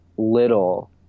little